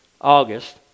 august